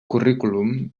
currículum